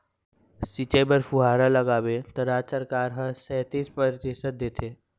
सिंचई बर फुहारा लगाबे त राज सरकार ह सैतीस परतिसत देथे